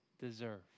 deserve